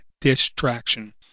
distraction